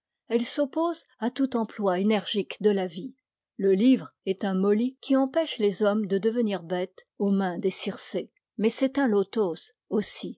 elle s'oppose à tout emploi énergique de la vie le livre est un moly qui empêche les hommes de devenir bêtes aux mains des circé mais c'est un lotos